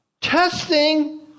testing